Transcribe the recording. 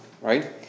right